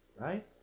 right